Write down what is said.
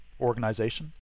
organization